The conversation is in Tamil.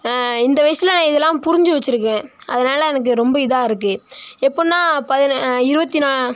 இந்த வயிசில் நான் இதெலாம் புரிஞ்சு வச்சுருக்கேன் அதனால எனக்கு ரொம்ப இதாக இருக்குது எப்படின்னா இருபத்தி நா